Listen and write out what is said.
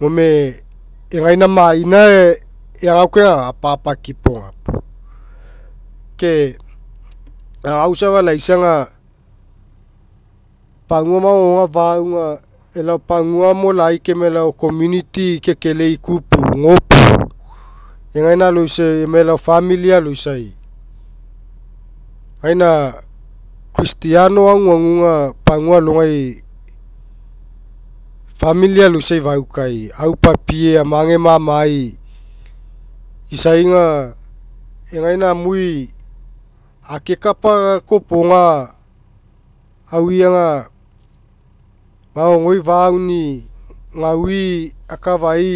Gome egaina maina eagauka aga papakipo gapuo. Ke agao safa laisa aga pagua magogoga faiga, pagua mo lai kai emai elao community kekelei ikupu gopu. Egaina aloisai ami elao famili aloisai. Gaina christiano aguaguga pagua alogai famili alogaisai faukai aupapie aniage ma'amai isai aga egaina amui akekapa kokoga aui aga magogoi fauni'i gaui akafai